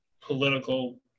political